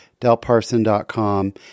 DelParson.com